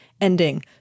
ending